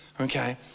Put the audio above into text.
Okay